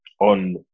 on